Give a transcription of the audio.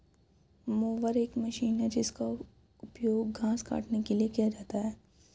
mower एक machine है जिसका उपयोग घास काटने के लिए किया जाता है